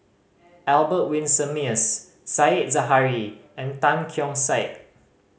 Albert Winsemius Said Zahari and Tan Keong Saik